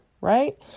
right